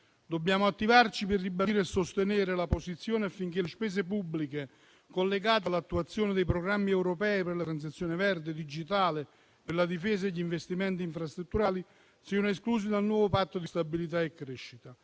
Dobbiamo attivarci per ribadire e sostenere la posizione affinché le spese pubbliche collegate all'attuazione dei programmi europei per la transazione verde e digitale e per la difesa degli investimenti infrastrutturali siano esclusi dal nuovo Patto di stabilità e crescita.